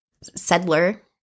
settler